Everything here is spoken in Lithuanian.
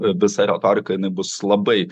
visą reo parką jinai bus labai